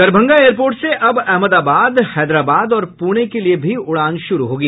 Darbhanga airport से अब अहमदाबाद हैदराबाद और पुणे के लिए भी उड़ान शुरू होगी